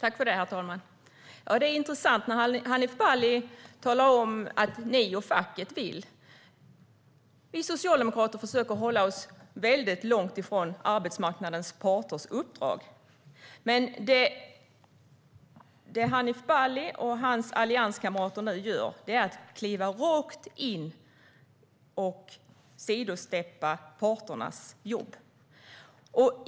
Herr talman! Det är intressant när Hanif Bali talar om vad vi och facket vill. Vi socialdemokrater försöker hålla oss väldigt långt ifrån arbetsmarknadens parters uppdrag. Det Hanif Bali och hans allianskamrater nu gör är dock att kliva rakt in och sidsteppa parternas jobb.